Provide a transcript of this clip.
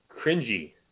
cringy